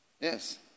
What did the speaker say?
Yes